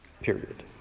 period